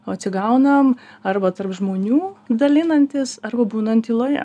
o atsigaunam arba tarp žmonių dalinantis arba būnant tyloje